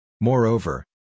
Moreover